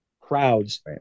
crowds